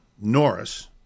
Norris